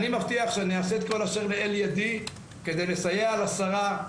אני מבטיח שאעשה את כל אשר לאל ידי כדי לסייע לשרה,